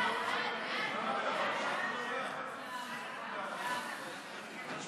ההצעה להעביר את הצעת חוק סדר הדין הפלילי (תיקון מס'